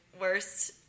worst